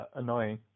annoying